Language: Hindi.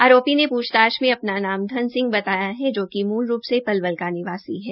आरोपी ने पूछताछ में अपना नाम धन सिंह बताया जोकि मूल रूप से पलवल का निवासी है